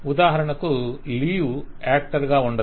ఉదాహరణకు leave actor గా ఉండదు